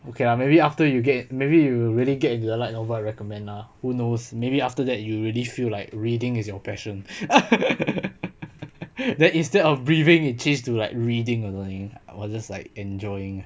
okay lah maybe after you get maybe you will really get into your light novel I recommend ah who knows maybe after that you really feel like reading is your passion then instead of breathing it change to like reading or something or just like enjoying